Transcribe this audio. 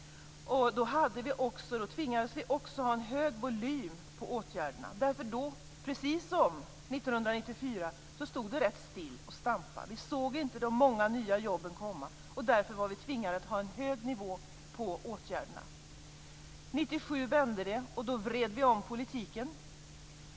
Då tvingades vi också ha en hög volym på åtgärderna, eftersom det då, precis som 1994, stod rätt still och stampade. Vi såg inte de många nya jobben komma, och därför var vi tvingade att ha en hög nivå på åtgärderna. 1997 vände det, och då vred vi om politiken.